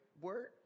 word